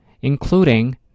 including